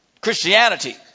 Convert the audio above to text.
Christianity